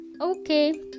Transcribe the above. okay